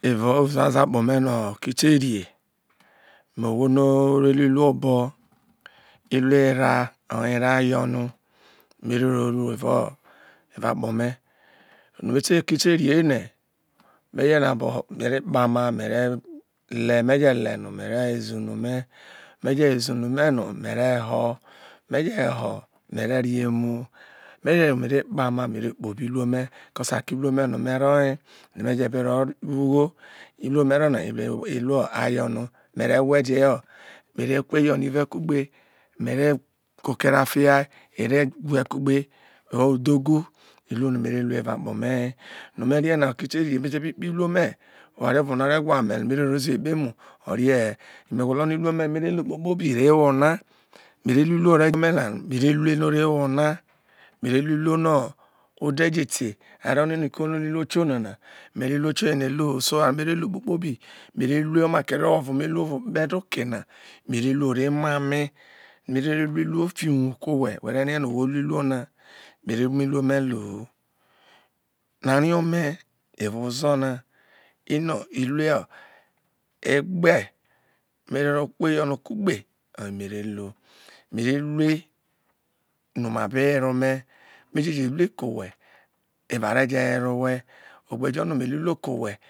Eva uzuazo akpo me no oke te rie mei owho no ore lu iruo obo iruo era o era yọ no no mere ro ru evao akpo me, no oke te rie ene me je na bo mere kpama mere le me je le no mere woze uno me me je woze unu me no mere ho me je ho mere re emu me je re emu no mere kpama mere kpobi iruo me because ako, iruo no mere ye no me be ro wo ugho iruo no mero na ho iruo iron mere wedeho mere kuo eyọnọ ive kagbe mere koko era fia ere giva kugbe odhogu iruo no me re lu evao akpo me ye no me rie na oke te rie nọ me be kpe iruo me oware ovo no me. gbe kpe mu orie he yo me gwolo nọ iruo me kpokpobi ire wo ona mere lu iruo me na mere lue nọ ore wo ona mere ruo iruo no ode je te are nọ nọ kọ ono lu iruo na na mere iruo tioye na elu. liu so oware nọ mere lu kpobi mere lue omake rọ ovo me lu okpede ke na me re lue nọ ore mu ame mere lu iruo fio uwo kọ owe we re rie nọ owho lu ye iruo na mere mu iruo me lu hu avie ome evau ozo na eno iruo egbe nọ me ro egbe eyọnọ kugbe oyi me re lu mere lue yo oma be were ome me te je rue ko owhe ore je were owhe ogbe jo nọ me lu iruo ko whe.